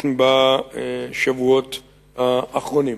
בשבועות האחרונים.